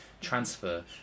transfer